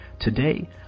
Today